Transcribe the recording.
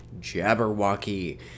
Jabberwocky